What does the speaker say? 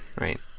right